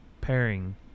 pairing